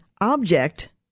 object